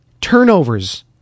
turnovers